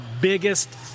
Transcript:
biggest